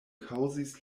kaŭzis